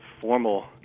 formal